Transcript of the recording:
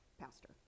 pastor